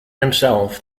himself